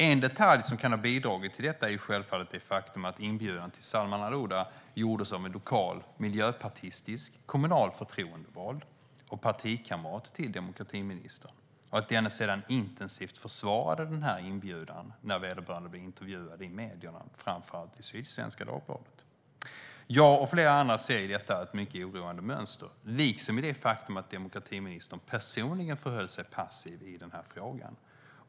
En detalj som kan ha bidragit till detta är självfallet det faktum att inbjudan till Salman al-Ouda gjordes av en lokal miljöpartistisk kommunal förtroendevald och partikamrat till demokratiministern och att denne sedan intensivt försvarade inbjudan när vederbörande blev intervjuad i medierna, framför allt i Sydsvenska Dagbladet. Jag och flera andra ser i detta ett mycket oroande mönster, liksom i det faktum att demokratiministern personligen förhöll sig passiv i frågan.